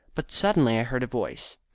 but suddenly i heard a voice,